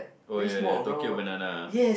oh ya the Tokyo banana